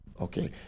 Okay